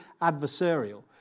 adversarial